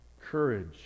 Courage